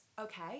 Okay